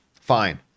Fine